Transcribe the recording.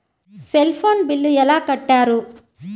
Cell phone bill ఎలా కట్టారు?